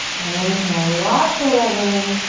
inhale, lots of love in.